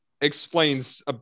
explains